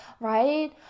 right